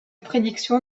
prédiction